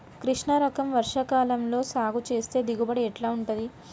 కృష్ణ రకం వర్ష కాలం లో సాగు చేస్తే దిగుబడి ఎట్లా ఉంటది?